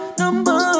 number